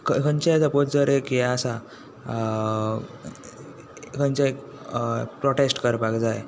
खंयचेंय सपोझ जर हें आसा खंयचेय प्रोटेस्ट करपाक जाय